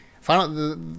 Final